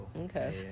okay